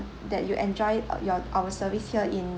that you enjoyed your our services here in